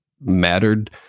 mattered